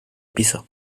piso